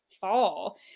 fall